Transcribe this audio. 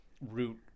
root